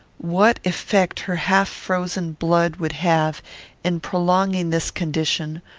what effect her half-frozen blood would have in prolonging this condition,